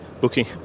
booking